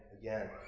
again